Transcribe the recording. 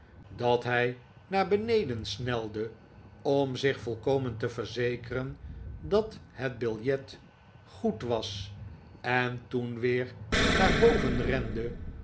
dat hij naar beneden snelde om zich volkomen te verzekeren dat het biljet goed was en toen weer naar boven rende